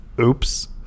Oops